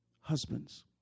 Husbands